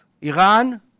Iran